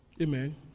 Amen